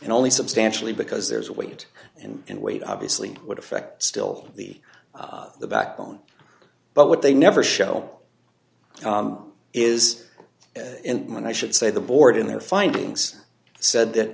and only substantially because there's a wait and wait obviously would affect still the backbone but what they never show is and i should say the board in their findings said that